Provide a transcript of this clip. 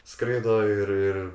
skraido ir ir